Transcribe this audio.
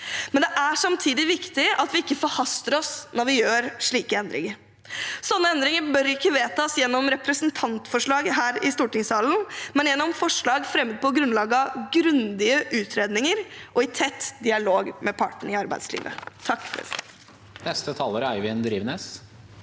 Det er samtidig viktig at vi ikke forhaster oss når vi gjør slike endringer. Sånne endringer bør ikke vedtas gjennom representantforslag her i stortingssalen, men gjennom forslag fremmet på grunnlag av grundige utredninger og i tett dialog med partene i arbeidslivet. Eivind Drivenes